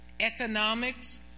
economics